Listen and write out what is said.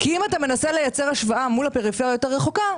אם אתה מנסה לייצר השוואה מול הפריפריה היותר רחוקה,